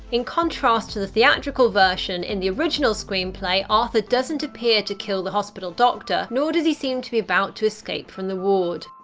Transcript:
in contrast to the theatrical version, in the original screenplay, arthur doesn't appear to kill the hospital doctor, nor does he seem to be about to escape from the ward.